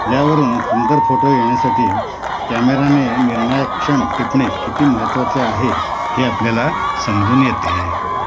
यावरून सुंदर फोटो येण्यासाठी कॅमेराने निर्णायक क्षण टिपणे किती महत्त्वाचे आहे हे आपल्याला समजून येते